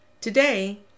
Today